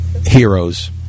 heroes